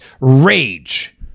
rage